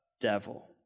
devil